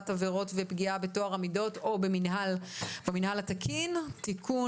עבירות ופגיעה בטוהר המידות או במינהל התקין) (תיקון